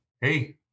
hey